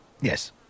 Yes